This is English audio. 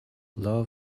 low